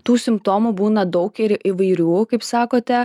tų simptomų būna daug ir įvairių kaip sakote